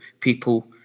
people